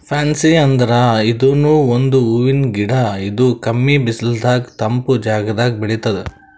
fancy ಅಂದ್ರ ಇದೂನು ಒಂದ್ ಹೂವಿನ್ ಗಿಡ ಇದು ಕಮ್ಮಿ ಬಿಸಲದಾಗ್ ತಂಪ್ ಜಾಗದಾಗ್ ಬೆಳಿತದ್